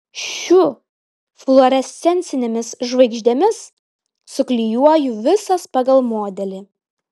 šiu fluorescencinėmis žvaigždėmis suklijuoju visas pagal modelį